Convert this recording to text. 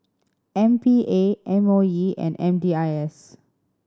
M P A M O E and M D I S